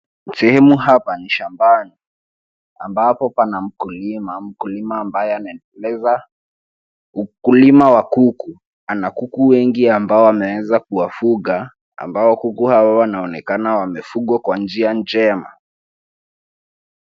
Sehemu hapa ni shambani ambapo pana mkulima. Mkulima ambaye anaendeleza ukulima wa kuku. Ana kuku wengi ambao ameweza kuwafuga ambaoo kuku hao wanaonekana wamefugwa kwa njia njema.